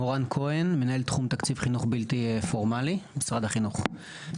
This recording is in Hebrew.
מורן כהן מנהל תחום תקציב חינוך בלתי פורמלי משרד החינוך.